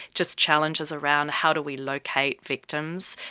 just challenges around how do we locate victims,